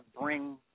bring